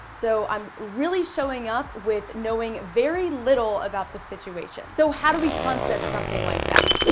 so i'm really showing up with knowing very little about the situation. so how do we concept something like that?